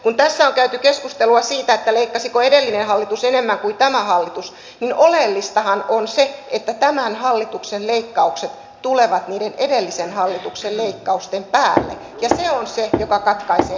kun tässä on käyty keskustelua siitä leikkasiko edellinen hallitus enemmän kuin tämä hallitus niin oleellistahan on se että tämän hallituksen leikkaukset tulevat niiden edellisen hallituksen leikkausten päälle ja se on se joka katkaisee kamelin selän